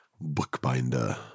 Bookbinder